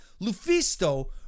lufisto